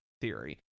theory